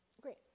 Great